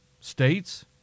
states